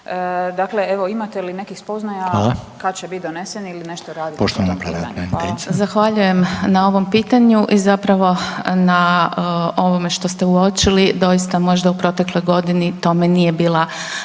Dakle evo imate li nekih spoznaja kada će biti donesen ili nešto radite